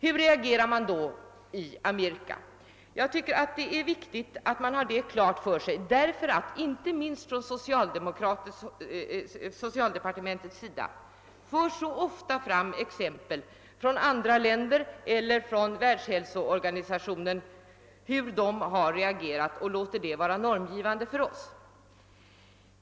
Hur reagerar man då i Amerika? Det är viktigt att man har detta klart för sig därför att inte minst från socialdepartementets sida förs så ofta fram exempel från andra länder eller från Världshälsoorganisationen på hur dessa reagerar och låter sedan det bli normgivande för oss.